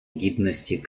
гідності